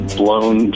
blown